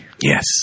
Yes